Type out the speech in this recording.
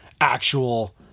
actual